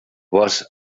was